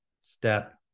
step